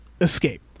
Escape